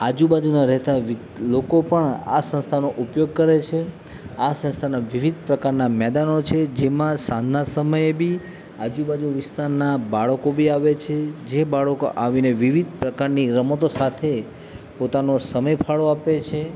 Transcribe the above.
આજુ બાજુના રહેતા લોકો પણ આ સંસ્થાનો ઉપયોગ કરે છે આ સંસ્થાના વિવિધ પ્રકારના મેદાનો છે જેમાં સાંજના સમયે બી આજુ બાજુ વિસ્તારના બાળકો બી આવે છે જે બાળકો આવીને વિવિધ પ્રકારની રમતો સાથે પોતાનો સમય ફાળો આપે છે